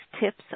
tips